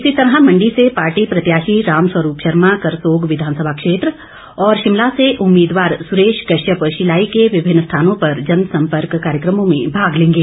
इसी तरह मंडी से पार्टी प्रत्याशी रामस्वरूप शर्मा करसोग विधानसभा क्षेत्र और शिमला से उम्मीदवार सुरेश कश्यप शिलाई के विभिन्न स्थानों पर जनसंपर्क कार्यक्रमों में भाग लेंगे